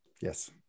Yes